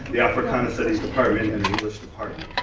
the africana studies department, and the english department.